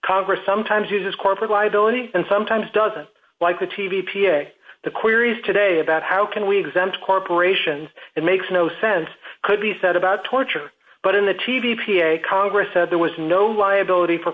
congress sometimes uses corporate liability and sometimes doesn't like a t v p a the queries today about how can we exempt corporations and makes no sense could be said about torture but in the t v p a congress said there was no liability for